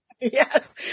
Yes